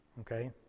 Okay